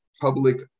public